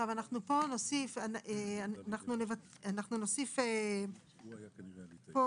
אנחנו צריכים עד השעה